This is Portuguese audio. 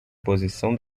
posição